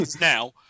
now